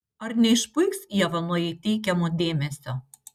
ar neišpuiks ieva nuo jai teikiamo dėmesio